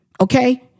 Okay